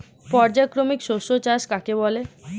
পর্যায়ক্রমিক শস্য চাষ কাকে বলে?